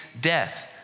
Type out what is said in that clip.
death